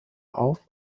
auf